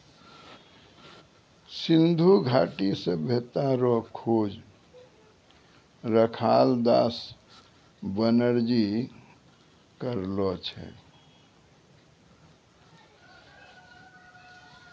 सिन्धु घाटी सभ्यता रो खोज रखालदास बनरजी करलो छै